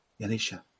Yanisha